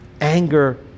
Anger